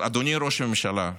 אז, אדוני ראש הממשלה,